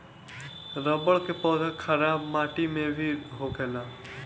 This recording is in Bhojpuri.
रबड़ के पौधा खराब माटी में भी होखेला